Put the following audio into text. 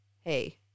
Hey